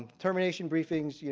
termination briefings, yeah